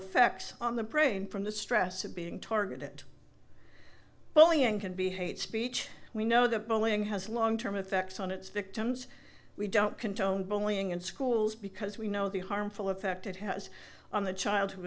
effects on the brain from the stress of being targeted bullying can be hate speech we know that bullying has long term effects on its victims we don't condone bullying in schools because we know the harmful effect it has on the child who